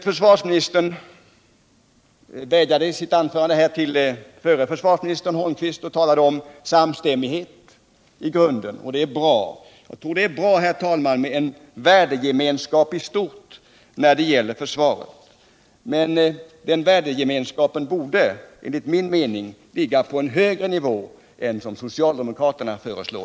Försvarsministern vädjade i sitt anförande till förre försvarsministern Holmqvist och talade om samstämmighet i grunden, och det är bra. Jag tror det är bra, herr talman, med en värdegemenskap i stort när det gäller försvaret, men den värdegemenskapen borde enligt min mening ligga på en högre nivå än socialdemokraterna föreslår.